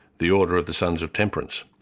the order of the sons of temperance.